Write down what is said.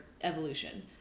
evolution